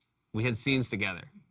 we had scenes together.